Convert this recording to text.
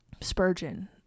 Spurgeon